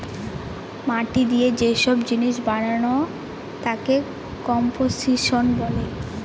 মাটি দিয়ে যে সব জিনিস বানানো তাকে কম্পোসিশন বলে